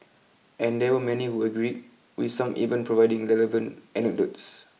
and there were many who agree with some even providing relevant anecdotes